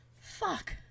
fuck